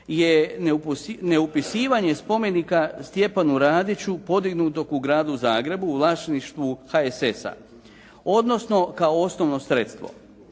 je neupisivanje spomenika Stjepanu Radiću podignutog u gradu Zagrebu u vlasništvu HSS-a, odnosno kao osnovno sredstvo.